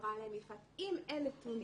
אמרה להם יפעת, אם אין נתונים,